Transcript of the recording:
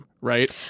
right